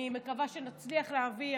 אני מקווה שנצליח להעביר,